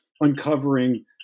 uncovering